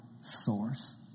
source